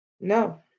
no